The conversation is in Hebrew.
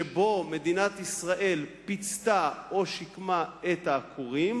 שבו מדינת ישראל פיצתה או שיקמה את העקורים,